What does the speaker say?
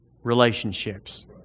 relationships